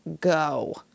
go